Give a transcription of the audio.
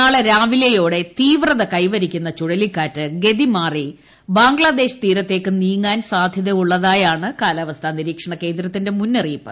നാളെ രാവിലെയോടെ തീവ്രത കൈവരിക്കുന്ന ചുഴലിക്കാറ്റ് ഗതിമറി ബംഗ്ലാദേശ് തീരത്തേക്ക് നീങ്ങാൻ സാധ്യതയുള്ളതായാണ് കാലാവസ്ഥാ നിരീക്ഷണകേന്ദ്രത്തിന്റെ മുന്നറിയിപ്പ്